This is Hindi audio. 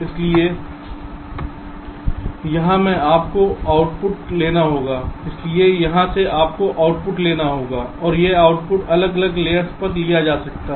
इसलिए यहां से आपको आउटपुट लेना होगा और यह आउटपुट अलग अलग लेयर्स पर लिया जा सकता है